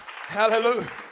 Hallelujah